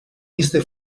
viste